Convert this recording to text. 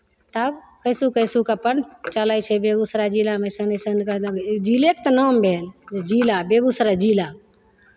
तब कैसहु कैसहु कऽ अपन चलै छै बेगूसराय जिलामे सङ्गे सङ्ग जिलेके तऽ नाम भेल जिला बेगूसराय जिला